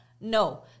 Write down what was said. No